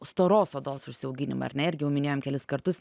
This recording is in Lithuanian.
storos odos užsiauginimą ar ne irgi jau minėjom kelis kartus